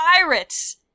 Pirates